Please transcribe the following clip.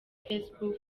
facebook